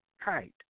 height